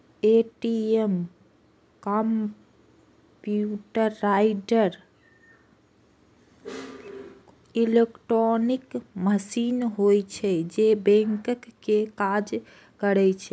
ATM computerized electronic machine होइ छै, जे बैंकिंग के काज करै छै